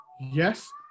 yes